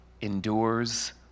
endures